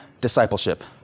discipleship